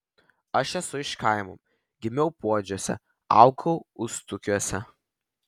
aš esu iš kaimo gimiau puodžiuose augau ustukiuose